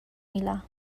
milà